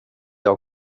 har